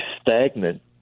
stagnant